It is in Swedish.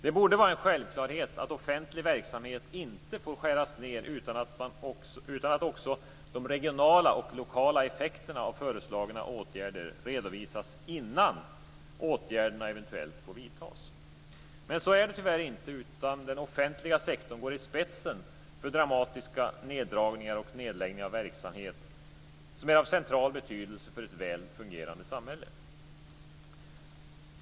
Det borde vara en självklarhet att offentlig verksamhet inte får skäras ned utan att också de regionala och lokala effekterna av föreslagna åtgärder redovisas innan åtgärderna eventuellt får vidtas. Men så är det tyvärr inte. Den offentliga sektorn går i spetsen för dramatiska neddragningar och nedläggningar av verksamhet som är av central betydelse för ett väl fungerande samhälle.